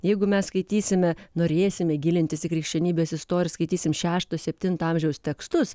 jeigu mes skaitysime norėsime gilintis į krikščionybės istoriją skaitysim šešto septinto amžiaus tekstus